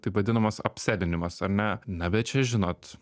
taip vadinamas apsedinimas ar ne na bet čia žinot